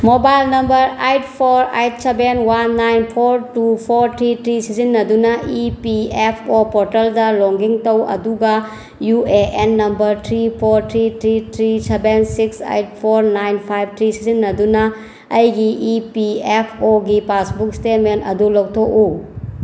mobile number eight four eight seven one nine four two four three three ꯁꯤꯖꯤꯟꯅꯗꯨꯅ E P F O ꯄꯣꯔꯇꯦꯜꯗ log in ꯇꯧ ꯑꯗꯨꯒ U A N number three four three three three seven six eight four nine five three ꯁꯤꯖꯤꯟꯅꯗꯨꯅ ꯑꯩꯒꯤ E P F ꯑꯣꯒꯤ passbook statement ꯑꯗꯨ ꯂꯧꯊꯣꯛꯎ